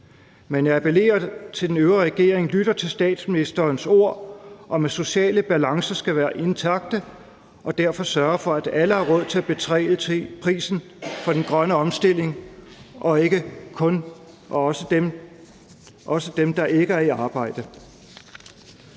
Jeg appellerer til, at den øvrige regering lytter til statsministerens ord om, at sociale balancer skal være intakte, og derfor sørger for, at alle har råd til at betale prisen for den grønne omstilling, også dem, der ikke er i arbejde.